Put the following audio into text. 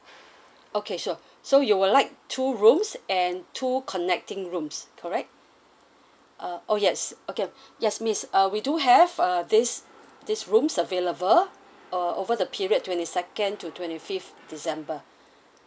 okay sure so you would like two rooms and two connecting rooms correct uh oh yes okay yes miss uh we do have uh these these rooms available uh over the period twenty second to twenty fifth december